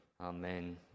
Amen